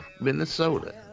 Minnesota